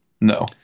No